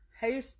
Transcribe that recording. Hey